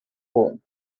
form